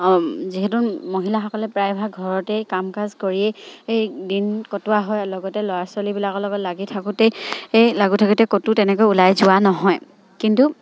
যিহেতু মহিলাসকলে প্ৰায়ভাগ ঘৰতেই কাম কাজ কৰিয়েই এই দিন কটোৱা হয় আৰু লগতে ল'ৰা ছোৱালীবিলাকৰ লগত লাগি থাকোঁতেই এই লাগি থাকোঁতে ক'তো তেনেকৈ ওলাই যোৱা নহয় কিন্তু